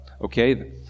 okay